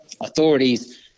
authorities